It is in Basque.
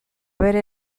bere